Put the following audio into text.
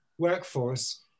workforce